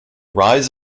rise